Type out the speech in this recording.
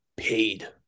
Paid